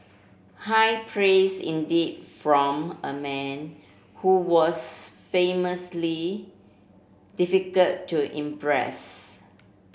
high praise indeed from a man who was famously difficult to impress